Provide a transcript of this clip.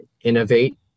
innovate